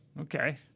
okay